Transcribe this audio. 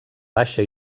baixa